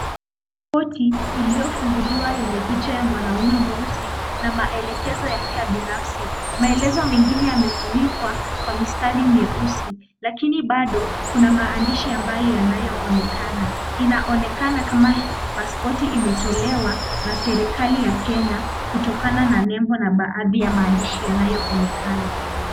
Pochi iliyofunguliwa yenye picha ya mwanaume mweusi na maelekezo yake ya binafsi. Maelezo mengine yamefunikwa kwa mistari mieusi lakini bado kuna maandishi ambayo yanayoonekana. Inaonekana kama paspoti imetolewa na serikali ya Kenya kutokana na nembo na baadhi ya maandishi yanayoonekana.